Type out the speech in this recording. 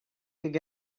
could